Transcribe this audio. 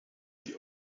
die